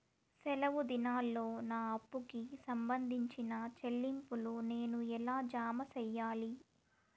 సెలవు దినాల్లో నా అప్పుకి సంబంధించిన చెల్లింపులు నేను ఎలా జామ సెయ్యాలి?